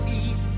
eat